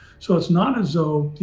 so it's not as though, you